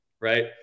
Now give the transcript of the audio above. right